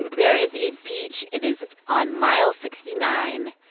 there is a beach it is on mile sixty nine,